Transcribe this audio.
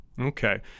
Okay